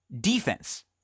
defense